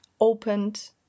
opened